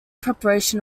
preparation